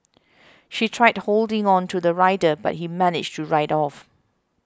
she tried holding on to the rider but he managed to ride off